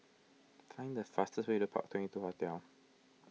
find the fastest way to Park Twenty two Hotel